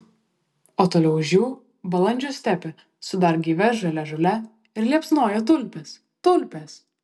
o toliau už jų balandžio stepė su dar gaivia žalia žole ir liepsnoja tulpės tulpės